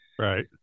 right